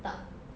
tak